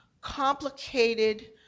complicated